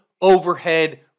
overhead